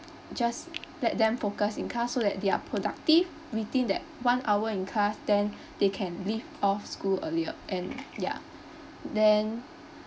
just let them focus in class so that they're productive within that one hour in class then they can leave off school earlier and ya then